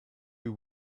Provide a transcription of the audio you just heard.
you